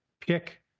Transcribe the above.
pick